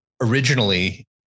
originally